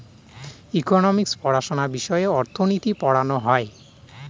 economics পড়াশোনা বিষয়ে অর্থনীতি পড়ানো হয়